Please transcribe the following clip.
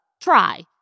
try